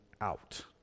out